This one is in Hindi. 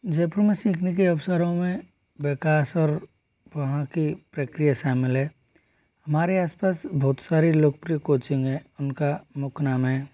जब हमें सीखने के अवसरों में विकास और वहाँ की प्रक्रिया शामिल है हमारे आसपास बहुत सारे लोकप्रिय कोचिंग है उनका मुख्य नाम है